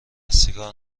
سیگار